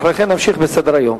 אחרי כן נמשיך בסדר-היום.